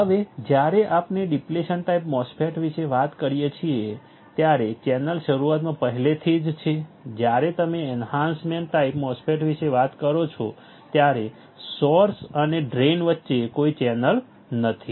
હવે જ્યારે આપણે ડિપ્લેશન ટાઈપ MOSFET વિશે વાત કરીએ છીએ ત્યારે ચેનલ શરૂઆતમાં પહેલેથી જ છે જ્યારે તમે એન્હાન્સમેન્ટ ટાઈપ MOSFET વિશે વાત કરો છો ત્યારે સોર્સ અને ડ્રેઇન વચ્ચે કોઈ ચેનલ નથી